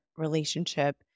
Relationship